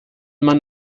man